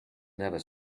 never